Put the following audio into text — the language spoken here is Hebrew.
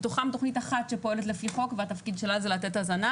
שמתוכן תכנית אחת שפועלת לפי חוק והתפקיד שלה זה לתת הזנה.